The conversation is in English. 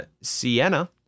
Sienna